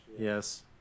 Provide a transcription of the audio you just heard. Yes